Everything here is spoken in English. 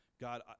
God